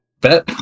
Bet